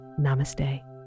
Namaste